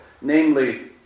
namely